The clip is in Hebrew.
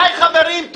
די, חברים.